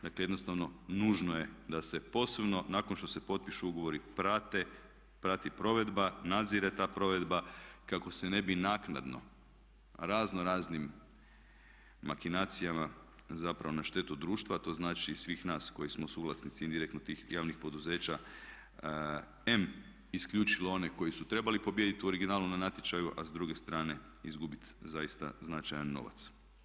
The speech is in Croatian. Dakle, jednostavno nužno je da se posebno nakon što se potpišu ugovori prati provedba, nadzire ta provedba kako se ne bi naknadno raznoraznim makinacijama zapravo na štetu društva, a to znači i svih nas koji smo suvlasnici indirektno tih javnih poduzeća, em isključilo one koji su trebali pobijediti u originalu na natječaju, a s druge strane izgubiti zaista značajan novac.